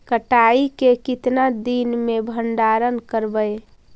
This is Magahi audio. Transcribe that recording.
कटाई के कितना दिन मे भंडारन करबय?